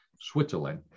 Switzerland